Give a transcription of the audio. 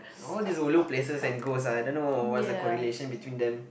all these ulu places and ghost ah I don't know what's the correlation between them